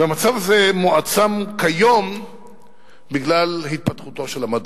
המצב הזה מועצם כיום בגלל התפתחותו של המדע.